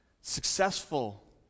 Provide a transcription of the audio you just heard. successful